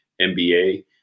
MBA